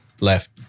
left